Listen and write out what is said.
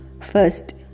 First